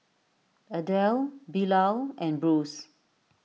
Adel Bilal and Bruce